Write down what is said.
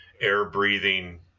air-breathing